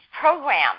program